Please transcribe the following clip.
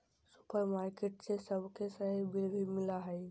supermarket से सबके सही बिल भी मिला हइ